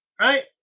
right